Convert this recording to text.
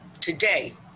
today